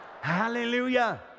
HALLELUJAH